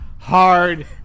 Hard